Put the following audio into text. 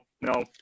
no